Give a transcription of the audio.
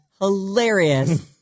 Hilarious